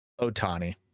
Otani